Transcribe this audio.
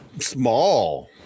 small